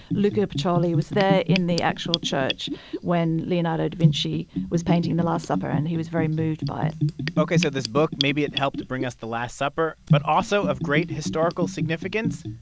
luca pacioli was there in the actual church when leonardo da vinci was painting the last supper, and he was very moved by it ok, so this book, maybe it helped bring us the last supper. but also of great historical significance,